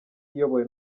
iyobowe